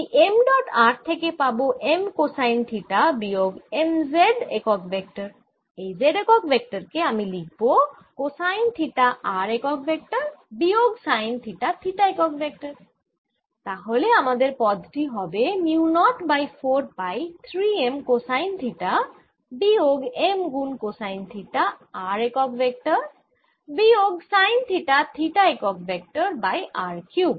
এই m dot r থেকে পাবো m কোসাইন থিটা বিয়োগ m z একক ভেক্টর এই z একক ভেক্টর কে আমি লিখব কোসাইন থিটা r একক ভেক্টর বিয়োগ সাইন থিটা থিটা একক ভেক্টর তাহলে আমাদের পদ টি হবে mu nought by 4 pi 3 m cosine theta বিয়োগ m গুন কোসাইন থিটা r একক ভেক্টর বিয়োগ সাইন থিটা থিটা একক ভেক্টর বাই r কিউব